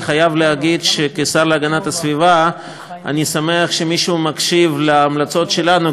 אני חייב להגיד שכשר להגנת הסביבה אני שמח שמישהו מקשיב להמלצות שלנו,